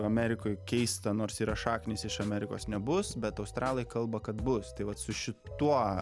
amerikoj keista nors yra šaknys iš amerikos nebus bet australai kalba kad bus tai vat su šituo